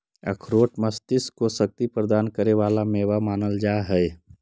अखरोट मस्तिष्क को शक्ति प्रदान करे वाला मेवा मानल जा हई